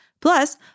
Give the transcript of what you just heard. Plus